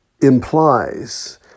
implies